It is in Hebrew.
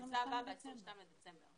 הטיסה הבאה ב-22 בדצמבר.